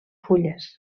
fulles